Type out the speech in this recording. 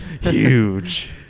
Huge